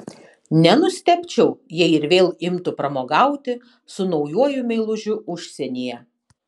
nenustebčiau jei ir vėl imtų pramogauti su naujuoju meilužiu užsienyje